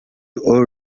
all